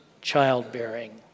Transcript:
childbearing